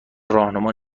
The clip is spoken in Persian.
راهنما